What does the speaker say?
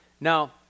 Now